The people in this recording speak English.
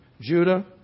Judah